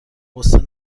قصه